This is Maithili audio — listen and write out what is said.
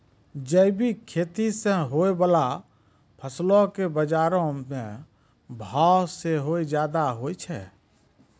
जैविक खेती से होय बाला फसलो के बजारो मे भाव सेहो ज्यादा होय छै